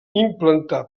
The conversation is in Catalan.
implantar